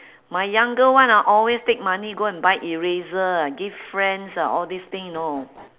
my younger one ah always take money go and buy eraser ah give friends ah all this thing you know